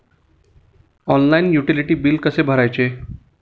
Online utility बिले कसे भरायचे?